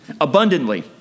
abundantly